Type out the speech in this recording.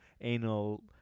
Anal